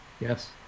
Yes